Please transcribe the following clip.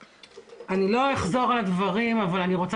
אני לא אחזור על הדברים אבל אני רוצה